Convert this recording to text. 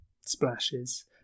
splashes